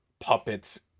puppets